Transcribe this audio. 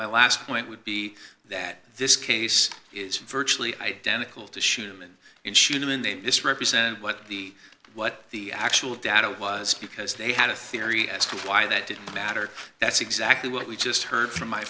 my last point would be that this case is virtually identical to shuman and should have been they misrepresented what the what the actual data was because they had a theory as to why that didn't matter that's exactly what we just heard from my